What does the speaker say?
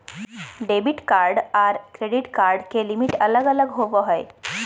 debit card आर credit card के limit अलग अलग होवो हय